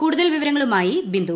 കൂടുതൽ വിവരങ്ങളുമായി ബിന്ദു